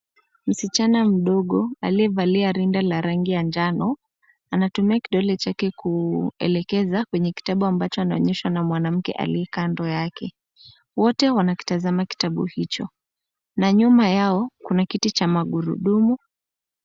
Msichana mdogo aliyevalia rinda la rangi ya njano, anatumia kidole chake kuelekesa kwenye kitabu ambacho anaonyeshwa na mwanamkee aliyekando yake. Wote wanakitazama kitabu hicho na nyuma yao kuna kiti cha magurudumu.